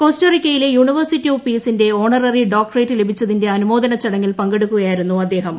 കോസ്റ്ററിക്കയിലെ university ് of പീസിന്റെ honorary doctorate ലഭിച്ചതിന്റെ അനുമോദനച്ചടങ്ങിൽ പ്ക്കെടുക്കുകയായിരുന്നു അദ്ദേഹം